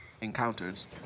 encounters